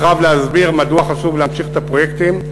רב להסביר מדוע חשוב להמשיך את הפרויקטים,